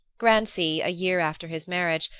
grancy, a year after his marriage,